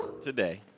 today